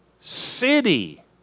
city